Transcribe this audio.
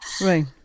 Right